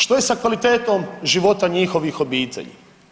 Što je sa kvalitetnom života njihovih obitelji?